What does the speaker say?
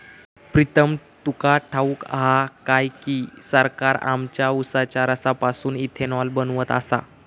प्रीतम तुका ठाऊक हा काय की, सरकार आमच्या उसाच्या रसापासून इथेनॉल बनवत आसा